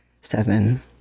Seven